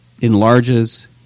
enlarges